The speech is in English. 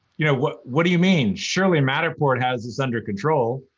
you know, what what do you mean? surely matterport has this under control.